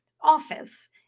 Office